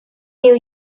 new